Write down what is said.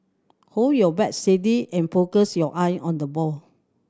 hold your bat steady and focus your eye on the ball